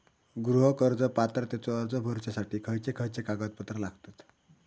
गृह कर्ज पात्रतेचो अर्ज भरुच्यासाठी खयचे खयचे कागदपत्र लागतत?